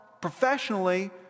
professionally